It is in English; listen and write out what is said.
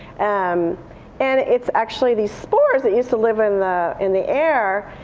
um and it's actually the spores that used to live in the in the air.